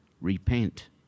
repent